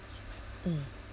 mm